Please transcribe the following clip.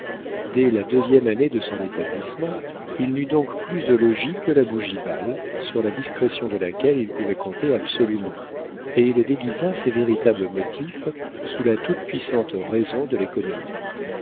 dès la deuxième année de son établissement il n'eut donc plus au logis que la bougival sur la discrétion de laquelle il pouvait compter absolument et il déguisa ses véritables motifs sous la toute-puissante raison de l'économie